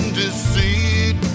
deceit